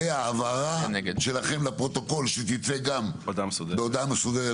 וההבהרה שלכם לפרוטוקול שתצא בהודעה מסודרת